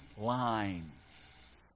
lines